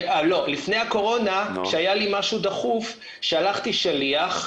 לפני הקורונה כשהיה לי משהו דחוף שלחתי שליח,